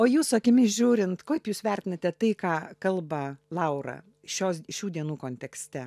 o jūsų akimis žiūrint kaip jūs vertinate tai ką kalba laura šios šių dienų kontekste